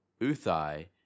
Uthai